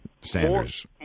Sanders